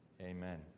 amen